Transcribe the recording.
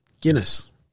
Guinness